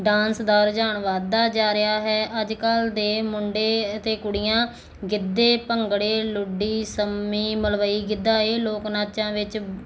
dance ਦਾ ਰੁਝਾਨ ਵਧਦਾ ਜਾ ਰਿਹਾ ਹੈ ਅੱਜ ਕੱਲ੍ਹ ਦੇ ਮੁੰਡੇ ਅਤੇ ਕੁੜੀਆਂ ਗਿੱਦੇ ਭੰਗੜੇ ਲੁੱਡੀ ਸੰਮੀ ਮਲਵਈ ਗਿੱਧਾ ਇਹ ਲੋਕ ਨਾਚਾਂ ਵਿੱਚ